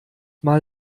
mal